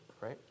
right